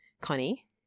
Connie